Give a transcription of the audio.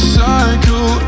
cycle